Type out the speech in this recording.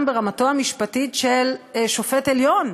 ברמתו המשפטית של שופט בית-המשפט העליון,